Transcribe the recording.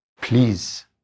Please